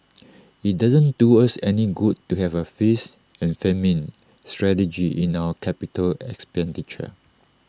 IT doesn't do us any good to have A feast and famine strategy in our capital expenditure